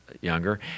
younger